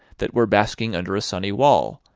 that were basking under a sunny wall,